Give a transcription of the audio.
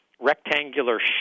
rectangular